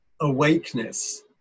awakeness